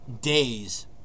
days